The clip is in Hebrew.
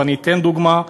ואני אתן דוגמה.